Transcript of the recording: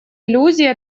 иллюзий